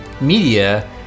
media